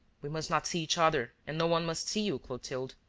we must not see each other and no one must see you, clotilde.